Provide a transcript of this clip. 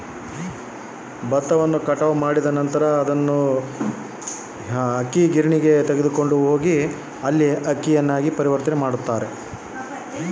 ಭತ್ತವನ್ನ ನಂತರ ಯಾವ ರೇತಿಯಾಗಿ ಅಕ್ಕಿಯಾಗಿ ಪರಿವರ್ತಿಸುತ್ತಾರೆ?